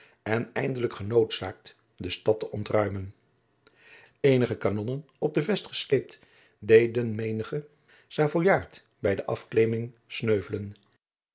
en eindelijk genoodzaakt de stad te ontruimen eenige kanonnen op de vest gesleept deden mehigen savoijaard bij de afklimming sneuvelen